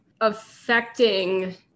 affecting